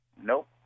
Nope